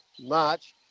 March